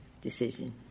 decision